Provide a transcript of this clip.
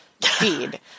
feed